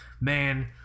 man